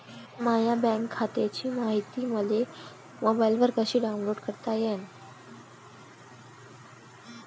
माह्या बँक खात्याची मायती मले मोबाईलवर कसी डाऊनलोड करता येते?